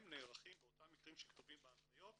הם נערכים באותם מקרים שכתובים בהנחיות,